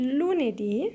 lunedì